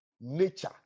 nature